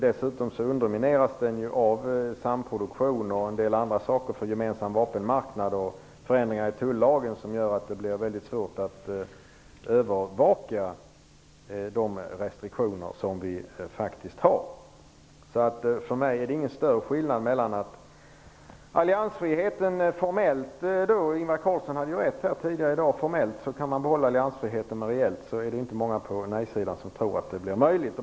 Dessutom undermineras den av samproduktion av en del andra saker för gemensam vapenmarknad och förändringar i tullagen som gör att det blir väldigt svårt att övervaka de restriktioner som vi faktiskt har. Ingvar Carlsson hade rätt när han tidigare här i dag sade att man formellt kan behålla alliansfriheten. Men reellt är det inte många på nej-sidan som tror att det blir möjligt.